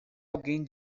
alguém